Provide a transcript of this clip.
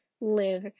live